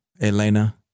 Elena